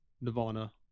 Nirvana